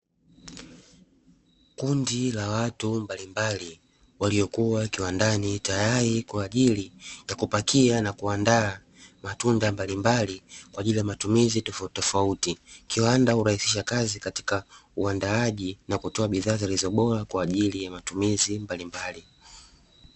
Kundi la watu mbalimbali waliokuwa kiwandani tayari kwa ajili ya kupakia na kuandaa matunda mbalimbali, kwa ajili ya matumizi tofauti tofauti, kiwanda hurahisisha kazi katika uandaaji na kutoa bidhaa zilizo bora kwa ajili ya matumizi mbalimbali.